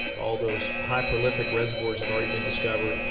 all those high-prolific reservoirs have already been discovered.